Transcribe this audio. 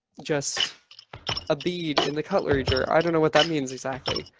just a bead in the cutlery drawer. i don't know what that means exactly,